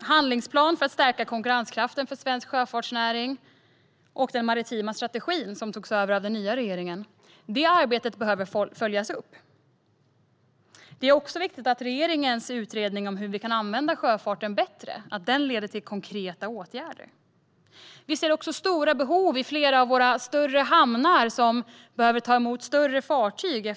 handlingsplan för att stärka konkurrenskraften för svensk sjöfartsnäring och den maritima strategin, som togs över av den nya regeringen, behöver följas upp. Det är också viktigt att regeringens utredning om hur vi kan använda sjöfarten bättre leder till konkreta åtgärder. Vi ser också stora behov i flera av våra större hamnar, som behöver ta emot allt större fartyg.